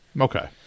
Okay